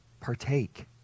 partake